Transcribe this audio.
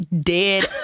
dead